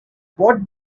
what